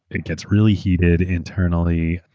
it gets really heated internally.